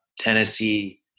Tennessee